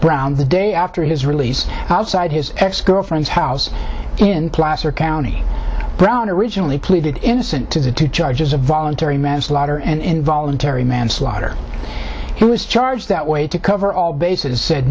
brown the day after his release outside his ex girlfriends house in placer county brown originally pleaded innocent to the two charges of voluntary manslaughter and involuntary manslaughter he was charged that way to cover all bases said